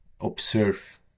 observe